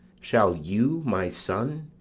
shall you my son.